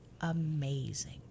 amazing